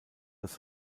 dass